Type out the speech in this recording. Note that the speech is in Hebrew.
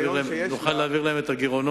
כדי שנוכל להעביר להם לגירעונות,